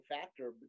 factor